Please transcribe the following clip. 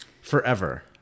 forever